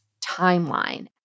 timeline